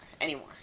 anymore